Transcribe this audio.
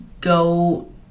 go